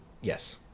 Yes